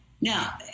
Now